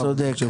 אתה צודק.